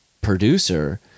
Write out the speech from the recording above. producer